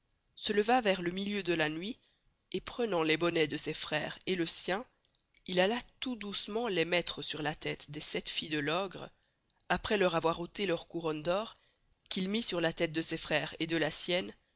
se leva vers le milieu de la nuit et prenant les bonnets de ses freres et le sien il alla tout doucement les mettre sur la teste des sept filles de l'ogre aprés leur avoir osté leurs couronnes d'or qu'il mit sur la teste de ses freres et sur la sienne